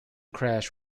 crash